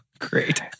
Great